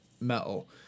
metal